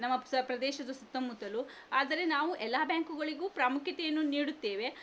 ನಮ್ಮ ಸ ಪ್ರದೇಶದ ಸುತ್ತಮುತ್ತಲೂ ಆದರೆ ನಾವು ಎಲ್ಲ ಬ್ಯಾಂಕುಗಳಿಗೂ ಪ್ರಾಮುಖ್ಯತೆಯನ್ನು ನೀಡುತ್ತೇವೆ